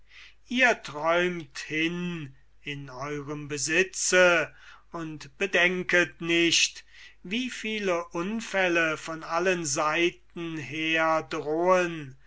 ihr träumet hin in eurem besitze und bedenket nicht wie viele unfälle von allen seiten her drohen